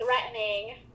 threatening